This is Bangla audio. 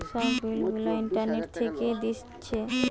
সব বিল গুলা ইন্টারনেট থিকে দিচ্ছে